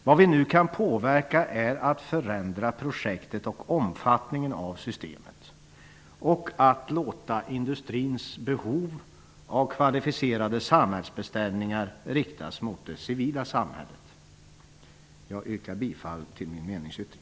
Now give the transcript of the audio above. Vad vi nu kan åstadkomma är en förändring av projektet och av omfattningen av systemet. Vi kan påverka så att industrins behov av kvalificerade samhällsbeställningar riktas mot civila ändamål. Jag yrkar bifall till min meningsyttring.